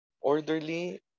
orderly